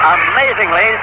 amazingly